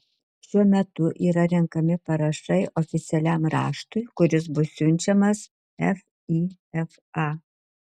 šiuo metu yra renkami parašai oficialiam raštui kuris bus siunčiamas fifa